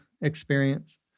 experience